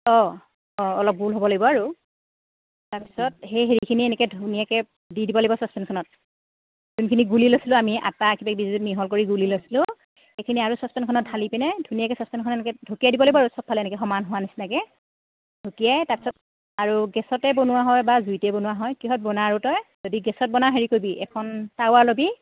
অঁ অঁ অলপ গোল হ'ব লাগিব আৰু তাৰপিছত সেই হেৰিখিনি এনেকৈ ধুনীয়াকৈ দি দিব লাগিব চচেনখনত যোনখিনি গুলি লৈছিলোঁ আমি আটা এই কিবাকিবি মিহল কৰি গুলি লৈছিলোঁ সেইখিনি আৰু চচেনখনত ঢালি পিনে ধুনীয়াকৈ চচপেনখন এনেকৈ ঢকিয়াই দিব লাগিব আৰু চবফালে এনেকৈ সমান হোৱা নিচিনাকৈ ঢকিয়াই তাৰপিছত আৰু গেছতে বনোৱা হয় বা জুইতেই বনোৱা হয় কিহত বনা আৰু তই যদি গেছত বনাৱ হেৰি কৰিবি এখন টাৱা ল'বি